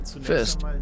First